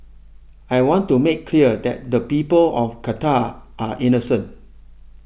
I want to make clear that the people of Qatar are innocent